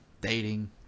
dating